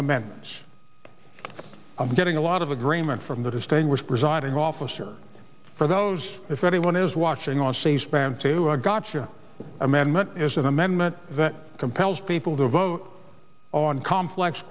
amendments i'm getting a lot of agreement from the distinguished presiding officer for those if anyone is watching on c span to a gotcha amendment is an amendment that compels people to vote on complex